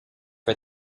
for